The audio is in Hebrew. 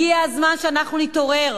הגיע הזמן שאנחנו נתעורר.